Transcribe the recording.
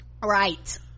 right